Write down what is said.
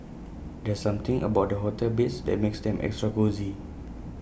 there's something about the hotel beds that makes them extra cosy